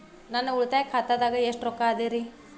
ನನ್ನ ಉಳಿತಾಯ ಖಾತಾದಾಗ ಎಷ್ಟ ರೊಕ್ಕ ಅದ ರೇ?